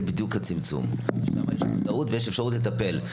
זה בדיוק הצמצום, יש מודעות ויש אפשרות לטפל.